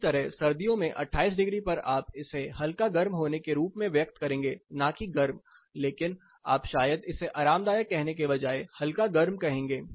इसी तरह सर्दियों में 28 डिग्री पर आप इसे हल्का गर्म होने के रूप में व्यक्त करेंगे ना कि गर्म लेकिन आप शायद इसे आरामदायक कहने के बजाय हल्का गर्म कहेंगे